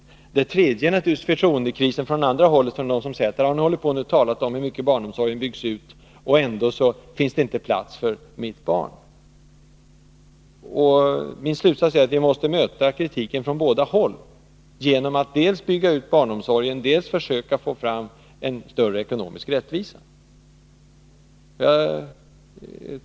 Och sedan är det naturligtvis förtroendekrisen från andra hållet, från dem som säger: ”Nu har ni hållit på och talat om hur mycket barnomsorgen har byggts ut, och ändå finns det inte plats för mitt barn.” Min slutsats är att vi måste möta kritiken från alla håll genom att dels bygga ut barnomsorgen, dels försöka få en större ekonomisk rättvisa.